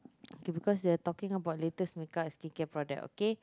because they are talking about latest makeup and skincare product okay